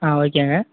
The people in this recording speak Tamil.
ஆ ஓகேங்க